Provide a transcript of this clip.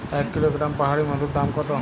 এক কিলোগ্রাম পাহাড়ী মধুর দাম কত?